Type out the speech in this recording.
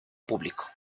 público